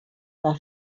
par